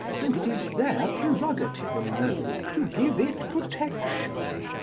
and it is their prerogative alone to give it protection.